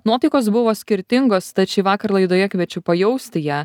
nuotaikos buvo skirtingos tad šįvakar laidoje kviečiu pajausti ją